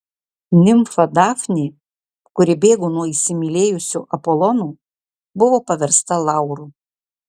nimfa dafnė kuri bėgo nuo įsimylėjusio apolono buvo paversta lauru